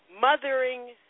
Mothering